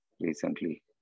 recently